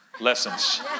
lessons